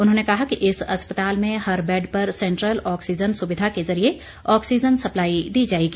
उन्होंने कहा कि इस अस्पताल में हर बैड पर सेंट्रल ऑक्सीजन सुविधा के जरिए ऑक्सीजन सप्लाई दी जाएगी